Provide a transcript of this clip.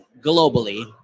globally